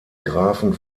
grafen